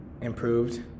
improved